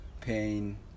pain